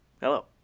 Hello